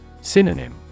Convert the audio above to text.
Synonym